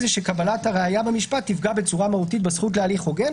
שקבלת הראיה במשפט תפגע בצורה מהותית בזכות להליך הוגן.